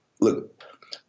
look